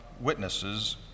witnesses